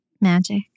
magic